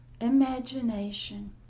imagination